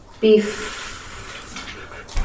Beef